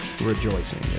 rejoicing